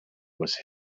was